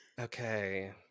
Okay